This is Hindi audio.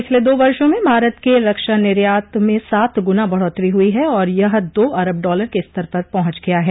पिछले दो वर्षों में भारत के रक्षा निर्यात में सात गुना बढ़ोतरी हुई है और यह दो अरब डॉलर के स्तर पर पहुंच गया है